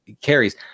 carries